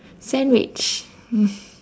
sandwich